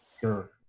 Sure